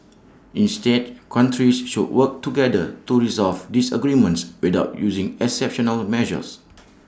instead countries should work together to resolve disagreements without using exceptional measures